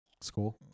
School